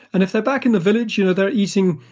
and if they're back in the village, you know they're eating,